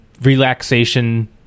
relaxation